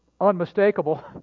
unmistakable